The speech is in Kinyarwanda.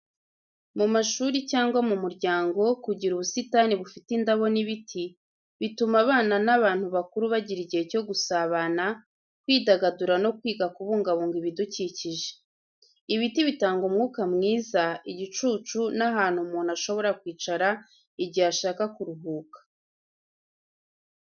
Mu mashuri cyangwa mu muryango, kugira ubusitani bufite indabo n'ibiti, bituma abana n'abantu bakuru bagira igihe cyo gusabana, kwidagadura no kwiga kubungabunga ibidukikije. ibiti bitanga umwuka mwiza, igicucu n'ahantu umuntu ashobora kwicara igihe ashaka kuruhuka.